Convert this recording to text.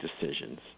decisions